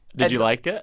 did you like it?